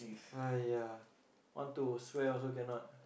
!aiya! want to swear also cannot